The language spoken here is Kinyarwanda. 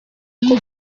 bwo